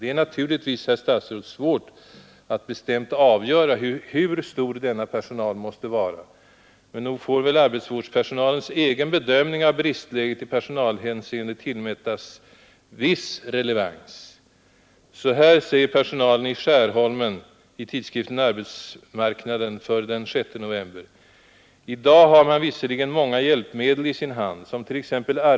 Det är naturligtvis, herr statsråd, svårt att bestämt avgöra hur stor denna personal måste vara, men nog får väl arbetsvårdspersonalens egen Så här säger personalen i Skärholmen i tidskriften Arbetsmarknaden för den 6 november: ”I dag har man visserligen många hjälpmedel i sin hand, som tex bedömning av bristläget i personalhänseende tillmätas viss relevans.